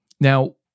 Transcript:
now